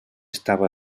estava